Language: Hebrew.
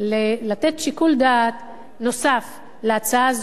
לתת שיקול דעת נוסף להצעה הזאת.